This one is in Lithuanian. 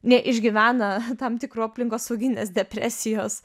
neišgyvena tam tikrų aplinkosauginės depresijos